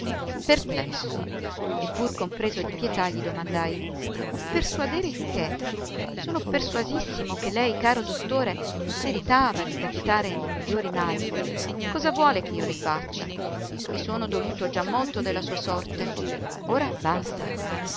e pur compreso di pietà gli domandai ma persuadere di che sono persuasissimo che lei caro dottore meritava di capitare in migliori mani ma che cosa vuole ch'io le faccia i sono doluto già molto della sua sorte ora basta